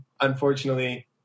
unfortunately